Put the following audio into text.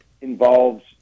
involves –